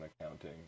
accounting